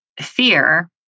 fear